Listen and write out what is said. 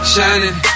Shining